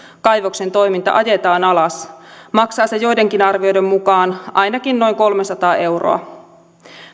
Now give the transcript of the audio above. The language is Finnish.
kaivoksen toiminta ajetaan alas maksaa se joidenkin arvioiden mukaan ainakin noin kolmesataa miljoonaa euroa